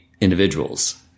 individuals